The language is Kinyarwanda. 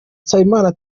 nsabimana